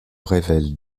révèle